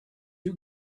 you